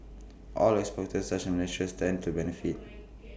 oil exporters such as Malaysia stand to benefit